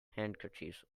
handkerchiefs